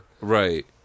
Right